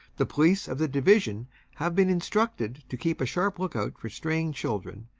the police of the division have been instructed to keep a sharp look-out for straying children,